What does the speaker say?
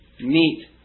meet